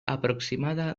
aproximada